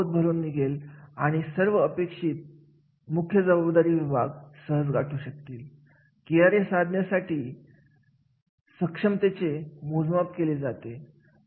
मग बल्लारपूर उद्योग समूह असेल किंवा जनरल इलेक्ट्रिक उद्योग समूह असेल त्यांनी अशी कमी महत्वाची किंवा गरज नसणारे कार्य कमी करून त्यांचा वेळ आणि पैसा दोन्ही वाचवला